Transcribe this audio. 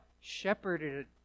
shepherded